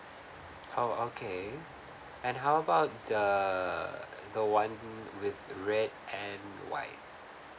oh okay and how about the the one with red and white